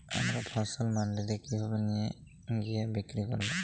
আমার ফসল মান্ডিতে কিভাবে নিয়ে গিয়ে বিক্রি করব?